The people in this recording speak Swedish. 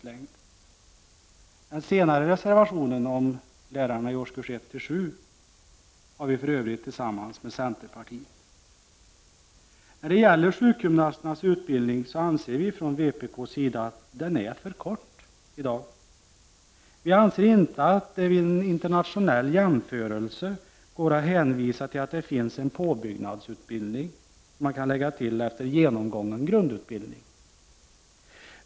Bakom den senare reservationen om lärarna i årskurs 1-7 står vi för övrigt tillsammans med centerpartiet. Vi i vpk anser att sjukgymnasternas utbildning i dag är för kort. Vi anser inte att det vid en internationell jämförelse går att hänvisa till att det finns en påbyggnadsutbildning som man kan lägga till efter genomgången grundutbildning.